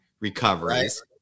recoveries